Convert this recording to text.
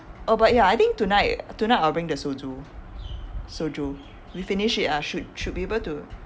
oh but ya I think tonight tonight I will bring the soju soju we finish it ah should should be able to